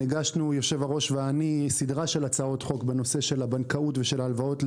הגשנו היושב-ראש ואני סדרה של הצעות חוק בנושא הבנקאות והלוואות לדיור,